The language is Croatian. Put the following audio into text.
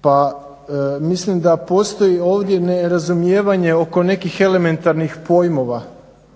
Pa mislim da postoji ovdje nerazumijevanje oko nekih elementarnih pojmova,